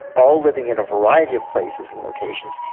all living in a variety of places and locations,